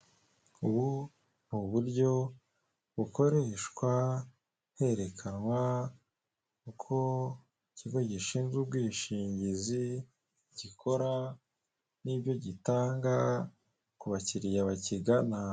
Ubu ni uburyo bukoreshwa herekanwa uko ikigo gishinzwe ubwishingizi, gikora n'ibyo gitanga kubakiliya bakigana.